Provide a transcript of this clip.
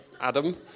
Adam